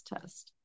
test